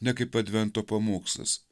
ne kaip advento pamokslas